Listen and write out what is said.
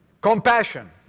Compassion